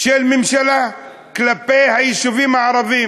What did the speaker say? של ממשלה כלפי היישובים הערביים.